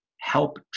help